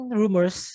rumors